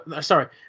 Sorry